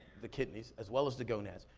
the kidneys as well as the gonads.